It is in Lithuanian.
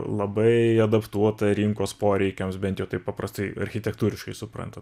labai adaptuota rinkos poreikiams bent jau taip paprastai architektūriškai suprantam